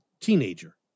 teenager